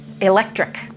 electric